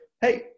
hey